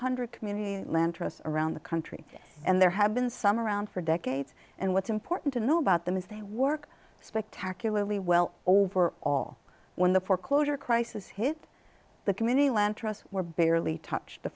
dollars communities around the country and there have been some around for decades and what's important to know about them is they work spectacularly well over all when the foreclosure crisis hit the community land trust were barely touched the